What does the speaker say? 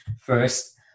First